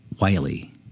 Wiley